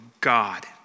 God